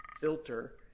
filter